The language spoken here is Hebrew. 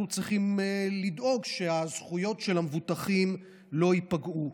אנחנו צריכים לדאוג שהזכויות של המבוטחים לא ייפגעו.